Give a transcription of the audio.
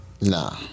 Nah